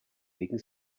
wegen